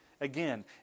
Again